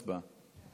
הצבעה.